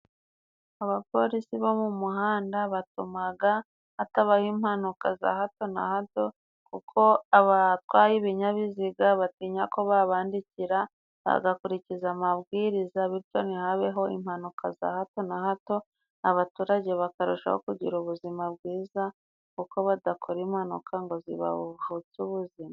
Abapolisi bo mu muhanda batumaga hatabaho impanuka za hato na hato, kuko abatwaye ibinyabiziga batinya ko babandikira bagakurikiza amabwiriza bityo, ntihabeho impanuka za hato na hato, abaturage bakarushaho kugira ubuzima bwiza kuko badakora impanuka ngo zibavutse ubuzima.